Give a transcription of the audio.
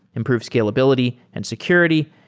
improve scalability and security,